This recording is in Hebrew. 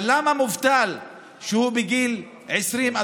אבל למה מובטל שהוא בגיל 20,